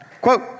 Quote